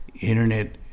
internet